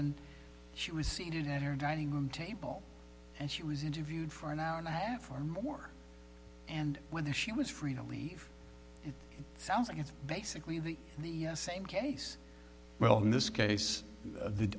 and she was seated at her dining room table and she was interviewed for an hour and a half or more and whether she was free to leave it sounds like it's basically the same case well in this case the